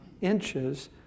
inches